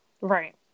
Right